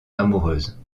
amoureuse